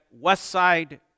Westside